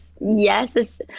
yes